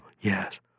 Yes